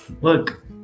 Look